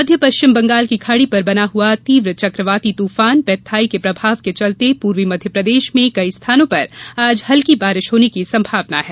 मध्य पश्चिम बंगाल की खाड़ी पर बना हुआ तीव्र चक्रवाती तूफान पेत्थाई के प्रभाव के चलते पूर्वी मध्यप्रदेश में कई स्थानों पर आज हल्की बारिश होने की संभावना है